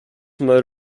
mode